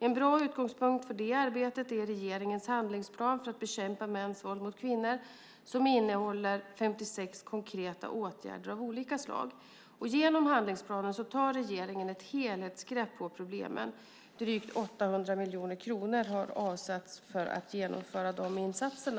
En bra utgångspunkt för det arbetet är regeringens handlingsplan för att bekämpa mäns våld mot kvinnor som innehåller 56 konkreta åtgärder av olika slag. Genom handlingsplanen tar regeringen ett helhetsgrepp på problemen. Drygt 800 miljoner kronor har avsatts för att genomföra insatserna.